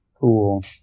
cool